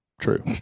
true